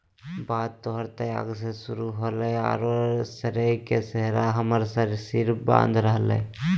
बात तोहर त्याग से शुरू होलय औरो श्रेय के सेहरा हमर सिर बांध रहलय